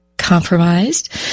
compromised